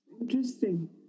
Interesting